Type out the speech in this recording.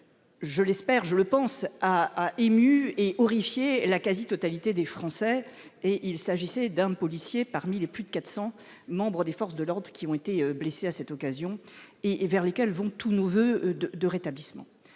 Je l'espère, je le pense, a ému et horrifié la quasi-totalité des Français et il s'agissait d'un policier parmi les plus de 400 membres des forces de l'ordre qui ont été blessés à cette occasion et et vers lesquelles vont tous nos voeux de rétablissement